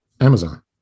Amazon